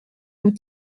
nous